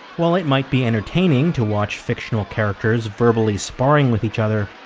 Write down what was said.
well, it might be entertaining to watch fictional characters verbally sparring with each other,